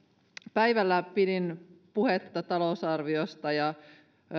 päivällä pidin puhetta talousarviosta ja